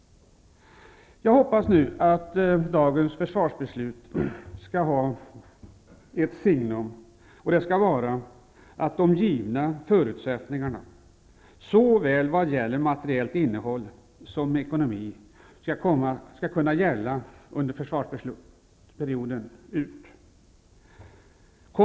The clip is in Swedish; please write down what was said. Jag hoppas att ett signum för dagens försvarsbeslut skall vara att de givna förutsättningarna, såväl vad gäller materiellt innehåll som ekonomi, skall kunna gälla under försvarsperioden.